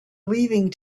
leaving